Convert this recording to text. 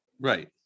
right